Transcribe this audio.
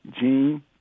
Gene